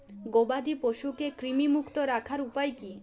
গবাদি পশুকে কৃমিমুক্ত রাখার উপায় কী?